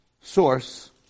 source